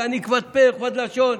ואני כבד פה וכבד לשון.